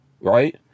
right